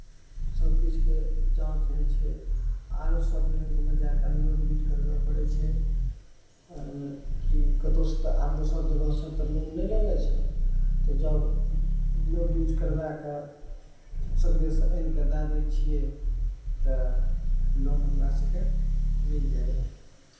सब किछुके जाँच होइ छै आरो सब बैंकमे जै कऽ नो ड्यूज करबै पड़ै छै कि कतौ सऽ तऽ आर दोसर जगह सऽ तऽ लोन नहि लैले छै तऽ जब नो ड्यूज करबै कऽ सगरे सऽ आनि कऽ दए दै छियै तऽ लोन हमरा सबके मिल जाइया